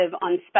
on